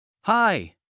Hi